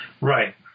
Right